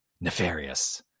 nefarious